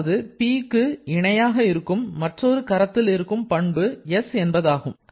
அதாவது Pக்கு இணையாக இருக்கும் மற்றொரு கரத்தில் இருக்கும் பண்பு s என்பதாகும்